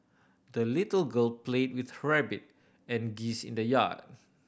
the little girl played with her rabbit and geese in the yard